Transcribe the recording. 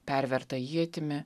pervertą ietimi